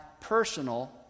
personal